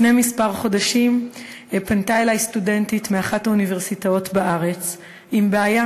לפני כמה חודשים פנתה אלי סטודנטית מאחת האוניברסיטאות בארץ עם בעיה.